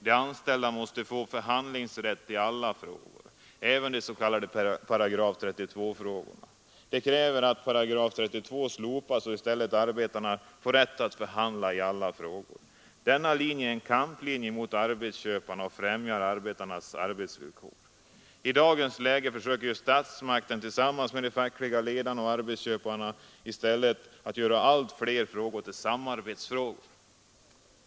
De anställda måste få förhandlingsrätt i alla frågor, även i de s.k. 8 32-frågorna. Detta kräver att § 32 slopas och i stället arbetarna får rätt att förhandla i alla frågor. Denna linje är en kamplinje mot arbetsköparna och den främjar arbetarnas arbetsvillkor. I dagens läge försöker ju statsmakten tillsammans med de fackliga ledarna och arbetsköparna i stället göra allt flera frågor till samarbetsfrågor.